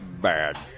bad